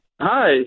Hi